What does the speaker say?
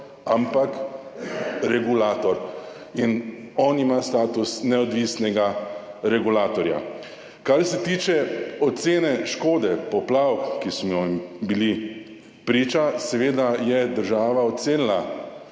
ampak regulator in on ima status neodvisnega regulatorja. Kar se tiče ocene škode poplav, ki smo jim bili priča. Seveda je država ocenila